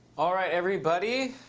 all right, everybody.